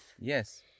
Yes